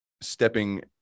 stepping